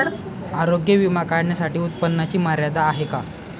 आरोग्य विमा काढण्यासाठी उत्पन्नाची मर्यादा आहे का?